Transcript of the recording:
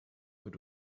wird